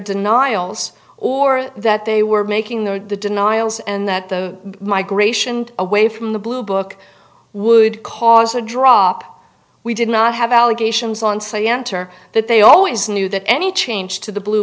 denials or that they were making those denials and that the migration away from the blue book would cause a drop we did not have allegations on say enter that they always knew that any change to the blue